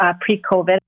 pre-COVID